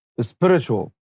spiritual